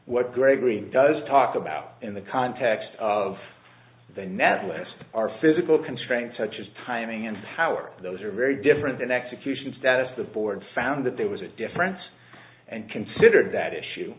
what gregory does talk about in the context of the netlist are physical constraints such as timing and power those are very different in execution status the board found that there was a difference and consider that issue